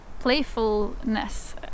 Playfulness